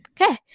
Okay